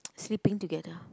sleeping together